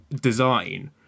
design